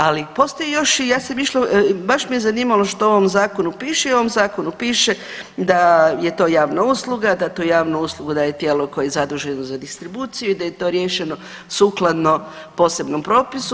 Ali postoji još, ja sam išla, baš me je zanimalo što u ovom zakonu piše i u ovom zakonu piše da je to javna usluga, da tu javnu uslugu daje tijelo koje je zaduženo za distribuciju i da je to riješeno sukladno posebnom propisu.